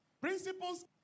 Principles